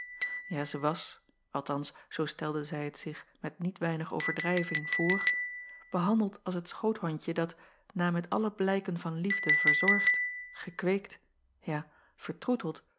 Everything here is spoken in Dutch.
ja zij was althans zoo stelde zij het zich met niet weinig overdrijving voor behandeld als het schoothondje dat na met alle blijken van liefde verzorgd gekweekt ja vertroeteld